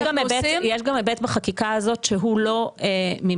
יש גם היבט בחקיקה הזאת שהוא לא ממילא,